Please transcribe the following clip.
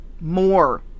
more